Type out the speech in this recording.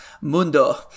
Mundo